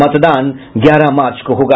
मतदान ग्यारह मार्च को होगा